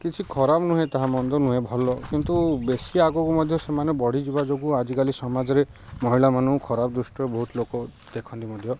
କିଛି ଖରାପ ନୁହେଁ ତାହା ମନ୍ଦ ନୁହେଁ ଭଲ କିନ୍ତୁ ବେଶି ଆଗକୁ ମଧ୍ୟ ସେମାନେ ବଢ଼ିଯିବା ଯୋଗୁଁ ଆଜିକାଲି ସମାଜରେ ମହିଳାମାନଙ୍କୁ ଖରାପ ଦୃଷ୍ଟି ବହୁତ ଲୋକ ଦେଖନ୍ତି ମଧ୍ୟ